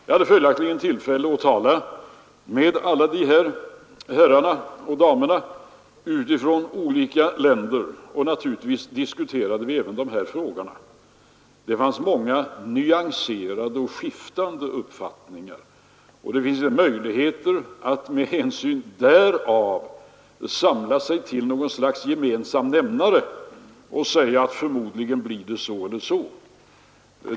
Jag hade tillfälle att tala med dessa herrar och damer från olika länder, och naturligtvis diskuterade vi även dessa frågor. Det fanns många nyanserade och skiftande uppfattningar. Det finns inga möjligheter att med ledning av dessa diskussioner få fram någon gemensam nämnare som gör det möjligt att säga, att förmodligen blir det så och så.